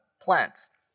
plants